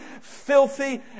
filthy